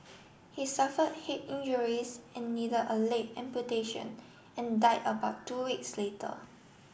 he suffered head injuries and needed a leg amputation and died about two weeks later